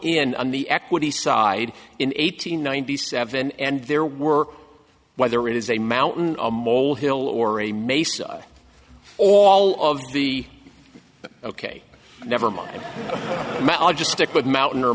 on the equity side in eight hundred ninety seven and there were whether it is a mountain a mole hill or a mesa all of the ok never mind i'll just stick with mountain or